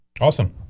Awesome